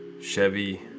Chevy